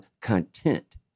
content